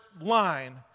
line